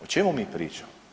O čemu mi pričamo?